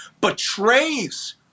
betrays